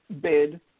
bid